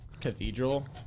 cathedral